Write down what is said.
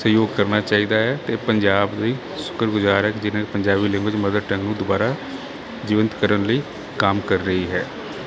ਸਹਿਯੋਗ ਕਰਨਾ ਚਾਹੀਦਾ ਹੈ ਤੇ ਪੰਜਾਬ ਲਈ ਸ਼ੁਕਰ ਗੁਜ਼ਾਰ ਹੈ ਜਿਵੇਂ ਪੰਜਾਬੀ ਲੈਗੁਏਜ ਮਦਰ ਟੰਗ ਨੂੰ ਦੁਬਾਰਾ ਜੀਵਿਤ ਕਰਨ ਲਈ ਕੰਮ ਕਰ ਰਹੀ ਹੈ